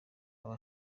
aba